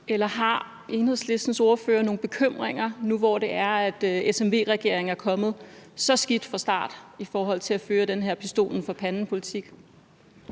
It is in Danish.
eller har Enhedslistens ordfører nogle bekymringer nu, hvor SMV-regeringen er kommet så skidt fra start i forhold til at føre den her pistolen for panden-politik?